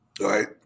Right